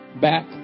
back